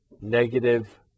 Negative